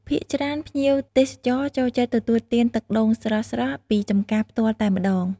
ភាគច្រើនភ្ញៀវទេសចរចូលចិត្តទទួលទានទឹកដូងស្រស់ៗពីចម្ការផ្ទាល់តែម្តង។